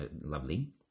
lovely